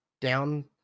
down